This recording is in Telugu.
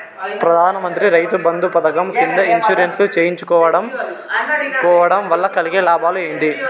ప్రధాన మంత్రి రైతు బంధు పథకం కింద ఇన్సూరెన్సు చేయించుకోవడం కోవడం వల్ల కలిగే లాభాలు ఏంటి?